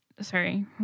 sorry